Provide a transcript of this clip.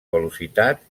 velocitat